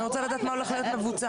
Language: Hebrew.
אני רוצה לדעת מה הולך להיות מבוצע?